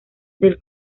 del